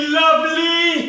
lovely